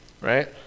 right